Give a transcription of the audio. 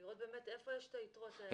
לראות באמת איפה יש את היתרות האלה.